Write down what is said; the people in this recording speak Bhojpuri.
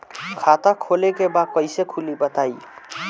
खाता खोले के बा कईसे खुली बताई?